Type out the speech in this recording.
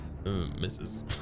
Misses